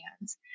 hands